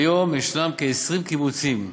כיום יש כ-20 קיבוצים,